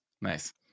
Nice